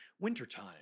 wintertime